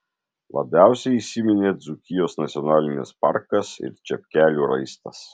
labiausiai įsiminė dzūkijos nacionalinis parkas ir čepkelių raistas